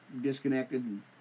Disconnected